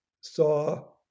saw